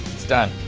it's done!